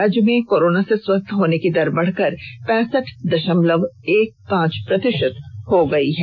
राज्य में कोरोना से स्वस्थ होने की दर बढ़कर पैसठ दशमलव एक पांच प्रतिशत हो गई है